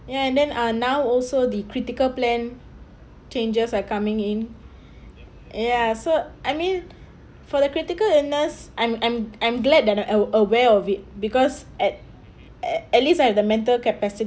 ya and then uh now also the critical plan changes are coming in ya so I mean for the critical illness I'm I'm I'm glad that I'm a aware of it because at at at least like the mental capacity